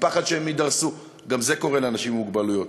מפחד שהם יידרסו, גם זה קורה לאנשים עם מוגבלויות.